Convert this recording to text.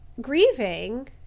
grieving